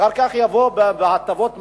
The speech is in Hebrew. אחר כך יבוא בהטבות מס.